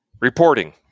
Reporting